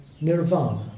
nirvana